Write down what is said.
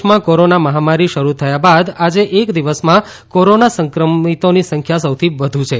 દેશમાં કોરોના મહામારી શરૂ થયા બાદ આજે એક દિવસમાં કોરોના સંક્રમિતોની સંખ્યા સૌથી વધુ છે